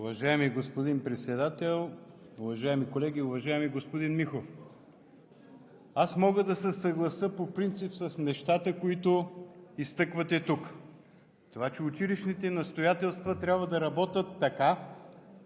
Уважаеми господин Председател, уважаеми колеги! Уважаеми господин Михов, аз мога да се съглася по принцип с нещата, които изтъквате тук – това, че училищните настоятелства трябва да работят така,